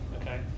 okay